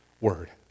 Word